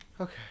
okay